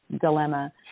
dilemma